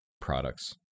products